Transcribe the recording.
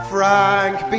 Frank